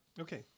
Okay